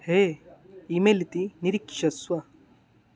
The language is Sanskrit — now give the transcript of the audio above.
हे ई मेल् इति निरीक्षस्व